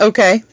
Okay